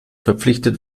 verpflichtet